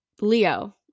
Leo